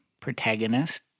protagonist